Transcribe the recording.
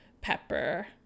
pepper